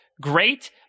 great